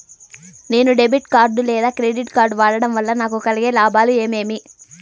నేను debit card లేదా credit card వాడడం వల్ల నాకు కలిగే లాభాలు ఏమేమీ?